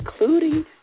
including